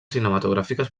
cinematogràfiques